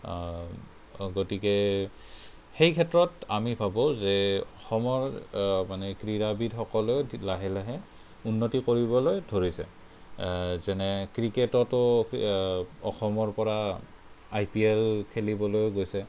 গতিকে সেই ক্ষেত্ৰত আমি ভাবোঁ যে অসমৰ মানে ক্ৰীড়াবিদসকলেও লাহে লাহে উন্নতি কৰিবলৈ ধৰিছে যেনে ক্ৰিকেটতো অসমৰপৰা আই পি এল খেলিবলৈও গৈছে